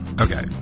okay